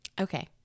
okay